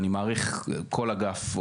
אני מעריך כל אגף,